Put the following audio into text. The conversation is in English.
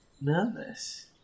nervous